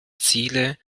ziele